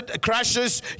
crashes